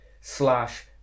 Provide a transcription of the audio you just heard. slash